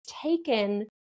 taken